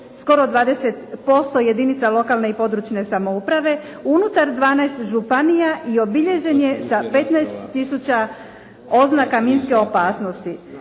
skoro 20% jedinica lokalne i područne samouprave unutar 12 županija i obilježen je sa 15000 oznaka minske opasnosti.